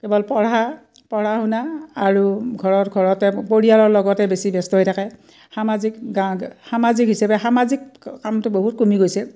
কেৱল পঢ়া পঢ়া শুনা আৰু ঘৰ ঘৰতে পৰিয়ালৰ লগতে বেছি ব্যস্ত হৈ থাকে সামাজিক গা সামাজিক হিচাপে সামাজিক কামটো বহুত কমি গৈছে